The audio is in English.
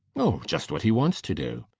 oh, just what he wants to do.